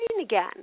again